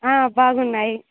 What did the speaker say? బాగున్నాయి